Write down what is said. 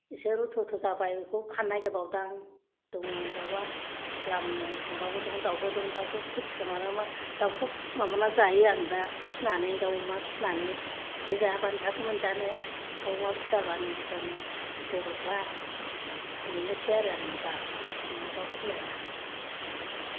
इसे रुथु थु जाबाय बेखौ फाननाय नागिरबावदों आं दङ दाउआ द्लामनो अमाबो दं दाउबो दं दाउखौ खेथि खामानामा दाउखौ माबाना जायो आं दा फिसिनानै दाउ अमा फिसिनानै बिदि जायाबानो बहाथो मोनजानो दाउ अमा फिसियाबानो जों बर'फ्रा बेनोसै आरो आंना दा अमा दाउ फिसिनाया